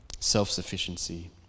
self-sufficiency